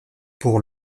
pour